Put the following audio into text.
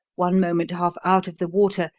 one moment half out of the water,